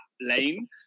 lane